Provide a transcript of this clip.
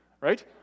Right